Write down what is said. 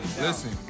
Listen